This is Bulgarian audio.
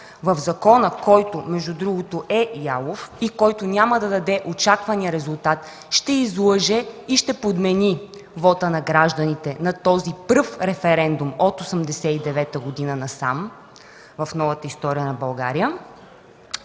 в закона, който между другото е ялов и който няма да даде очаквания резултат, ще излъже и ще подмени вота на гражданите на този пръв референдум от 1989 г. насам в новата история на България.